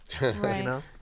Right